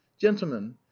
gentlemen